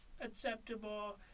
acceptable